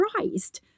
surprised